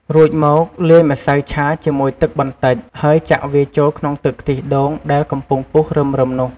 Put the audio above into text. រួចមក លាយម្សៅឆាជាមួយទឹកបន្តិច ហើយចាក់វាចូលក្នុងទឹកខ្ទិះដូងដែលកំពុងពុះរឹមៗនោះ។